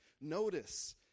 Notice